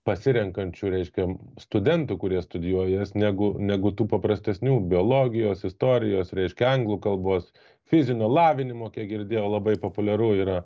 pasirenkančių reiškia studentų kurie studijuoja jas negu negu tų paprastesnių biologijos istorijos reiškia anglų kalbos fizinio lavinimo kiek girdėjau labai populiaru yra